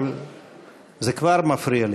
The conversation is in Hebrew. זה כבר מפריע לי.